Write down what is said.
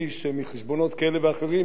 כאלה ואחרים בסופו של יום משחק בציבור,